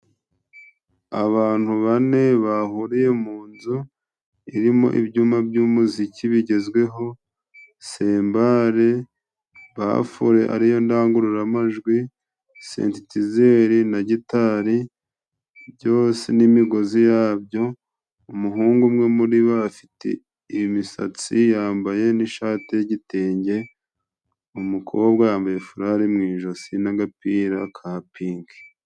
Abantu bane bahuriye mu nzu irimo ibyuma by'umuziki bigezweho, sembare, bafure ariyo ndangururamajwi, sentetizeri na gitari byose n'imigozi yabyo, umuhungu umwe muri bo afite imisatsi, yambaye n'ishati y'igitenge, umukobwa yambaye furari mu ijosi n'agapira ka piki.